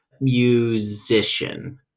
musician